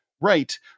right